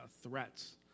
threats